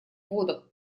водах